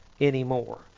anymore